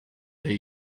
they